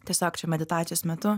tiesiog čia meditacijos metu